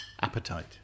appetite